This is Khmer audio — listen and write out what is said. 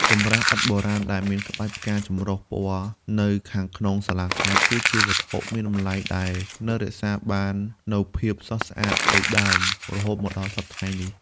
កម្រាលឥដ្ឋបុរាណដែលមានក្បាច់ផ្កាចម្រុះពណ៌នៅខាងក្នុងសាលាខេត្ត គឺជាវត្ថុមានតម្លៃដែលនៅរក្សាបាននូវភាពស្រស់ស្អាតដូចដើម រហូតមកដល់សព្វថ្ងៃនេះ។